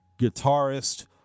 Guitarist